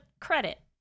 credit